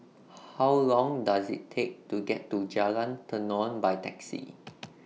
How Long Does IT Take to get to Jalan Tenon By Taxi